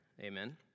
Amen